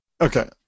okay